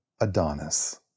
Adonis